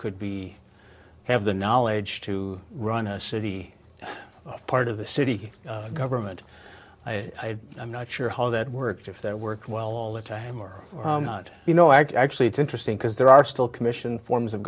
could be have the knowledge to run a city part of the city government i i'm not sure how that works if that worked well all that to him or not you know i actually it's interesting because there are still commission forms of